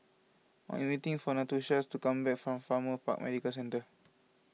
I am waiting for Natosha to come back from Farrer Park Medical Centre